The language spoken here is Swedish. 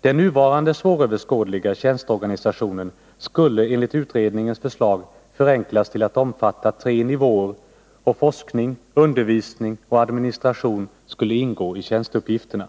Den nuvarande svåröverskådliga tjänsteorganisationen skulle enligt utredningens förslag förenklas till att omfatta tre nivåer, och forskning, undervisning och administration skulle ingå i tjänsteuppgifterna.